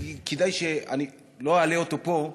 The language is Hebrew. שאני לא אעלה אותו פה,